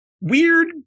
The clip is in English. weird